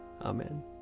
Amen